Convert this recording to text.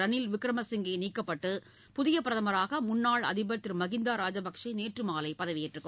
ரனில் விக்ரமசிங்கே நீக்கப்பட்டு புதிய பிரதமராக முன்னாள் அதிபர் திரு மஹிந்தா ராஜபக்சே நேற்று மாலை பதவியேற்றுக் கொண்டார்